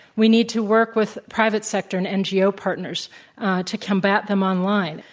we need to work with private sector and ngo partners to combat them online.